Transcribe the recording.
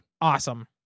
awesome